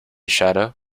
shadow